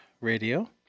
Radio